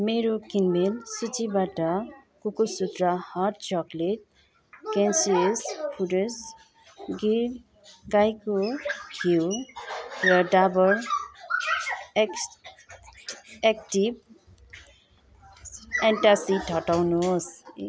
मेरो किनमेल सूचीबाट Cocosutra hot chocolate conscious foods Gir गाईको घिउ र डाबर एक्स एक्टिभ एन्टासिड हटाउनुहोस्